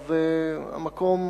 המקום הוא